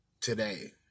today